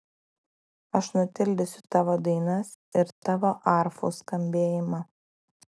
aš nutildysiu tavo dainas ir tavo arfų skambėjimą